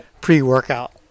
pre-workout